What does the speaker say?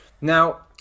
Now